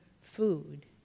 food